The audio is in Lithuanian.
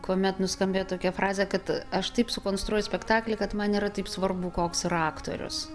kuomet nuskambėjo tokia frazė kad aš taip sukonstruoju spektaklį kad man nėra taip svarbu koks yra aktorius